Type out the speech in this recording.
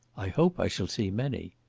i hope i shall see many.